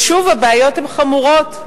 ושוב, הבעיות הן חמורות,